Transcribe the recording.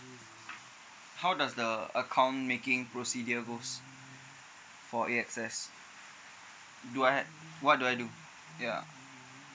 how does the account making procedure goes for A_X_S do I had what do I do ya